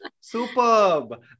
Superb